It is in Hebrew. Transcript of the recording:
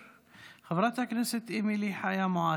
חברת הכנסת אמילי חיה מואטי.